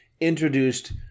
introduced